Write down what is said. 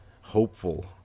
hopeful